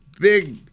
big